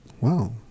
wow